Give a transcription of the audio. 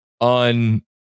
on